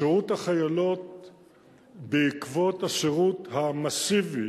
שירות החיילות בעקבות השירות המסיבי,